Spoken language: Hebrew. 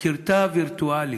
כיתה וירטואלית,